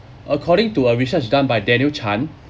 according to a research done by daniel chan